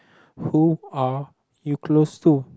who are you close to